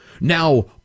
Now